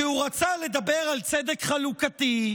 כי הוא רצה לדבר על צדק חלוקתי,